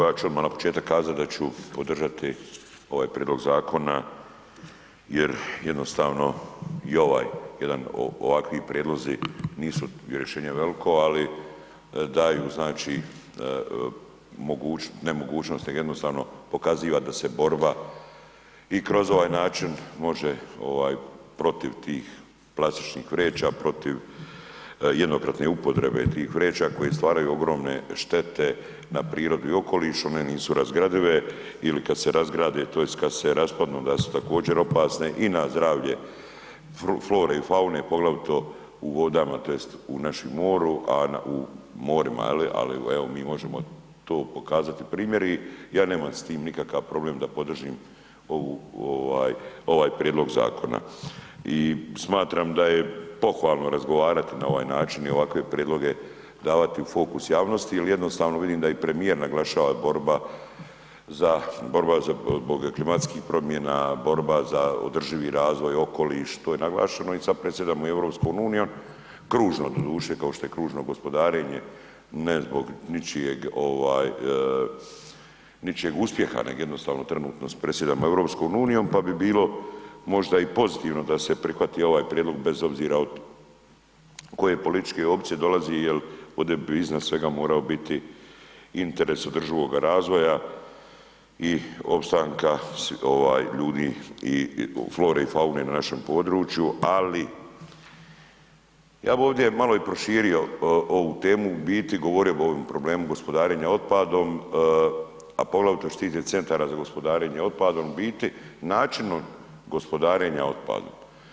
Ja ću odmah na početku kazat da ću podržati ovaj prijedlog zakona jer jednostavno i ovaj jedan, ovakvi prijedlozi nisu rješenje veliko ali daju mogućnost, ne mogućnost nego jednostavno pokaziva da se borba i kroz ovaj način može protiv tih plastičnih vreća, protiv jednokratne upotrebe tih vreća koje stvaraju ogromne štete na prirodu i okoliš, one nisu razgradive ili kad se razgrade tj. kad se raspadnu onda su također opasne i na zdravlje flore i faune poglavito u vodama tj. u našem moru, u morima je li ali evo, mi možemo to pokazati i primjer, ja nemam s tim nikakav problem da podržimo ovaj prijedlog zakona i smatram da je pohvalno razgovarati na ovaj način i ovakve prijedloge davati u fokus javnosti jer jednostavno vidim da i premijer naglašava borba zbog klimatskih promjena, borba za održivi razvoj i okoliš, to je naglašeno i sad predsjedamo EU-om, kružno doduše kao što je kružno i gospodarenje ne zbog ničijeg uspjeha nego jednostavno trenutno predsjedamo EU-om pa bi bilo možda i pozitivno da se prihvati ovaj prijedlog bez obzira od koje političke opcije dolazi jer ovdje bi iznad svega morao biti interes održivoga razvija i opstanka ljudi i flore i faune na našem području ali ja bi ovdje malo i proširio vu temu, u biti govorio bi o ovom gospodarenja otpadom, a poglavito što se tiče CGO-a, u biti načinom gospodarenja otpadom.